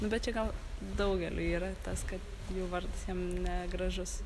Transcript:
nu bet čia gal daugeliui yra tas kad jų vardas jam negražus